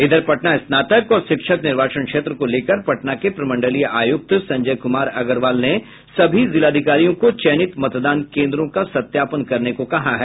उधर पटना स्नातक और शिक्षक निर्वाचन क्षेत्र को लेकर पटना के प्रमंडलीय आयुक्त संजय कुमार अग्रवाल ने सभी जिलाधिकारियों को चयनित मतदान केंद्रों को सत्यापन करने को कहा है